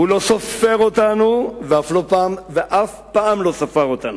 הוא לא סופר אותנו ואף פעם לא ספר אותנו.